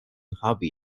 hobby